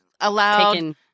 allowed